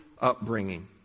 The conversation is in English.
upbringing